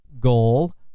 goal